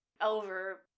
Over